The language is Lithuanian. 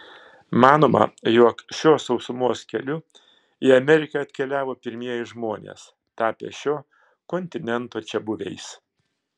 manoma jog šiuo sausumos keliu į ameriką atkeliavo pirmieji žmonės tapę šio kontinento čiabuviais